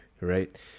right